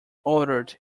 ordered